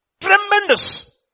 Tremendous